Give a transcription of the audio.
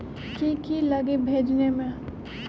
की की लगी भेजने में?